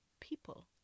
people